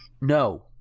No